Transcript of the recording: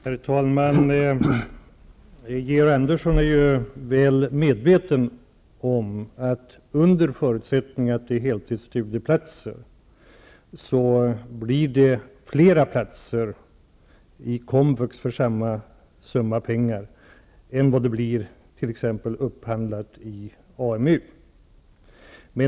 Herr talman! Georg Andersson är väl medveten om att under förutsättning att det är fråga om hel tidsstudieplatser så blir det fler platser i komvux för samma summa pengar än vad det blir t.ex. upphandlat i AMU.